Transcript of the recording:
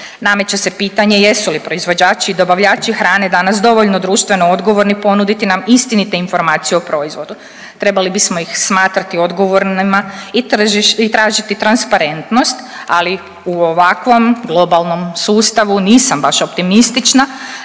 Nameće se pitanje jesu li proizvođači i dobavljači hrane danas dovoljno društveno odgovorni ponuditi nam istinite informacije o proizvodu. Trebali bismo ih smatrati odgovornima i tražiti transparentnost ali u ovakvom globalnom sustavu nisam baš optimistična